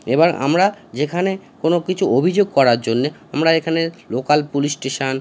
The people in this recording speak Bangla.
এবার আমরা যেখানে কোনও কিছু অভিযোগ করার জন্যে আমরা এখানে লোকাল পুলিশ স্টেশন